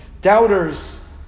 doubters